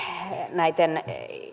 näitten